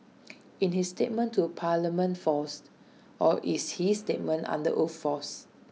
in his statement to parliament false or is his statement under oath false